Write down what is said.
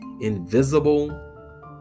invisible